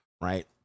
right